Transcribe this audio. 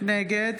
נגד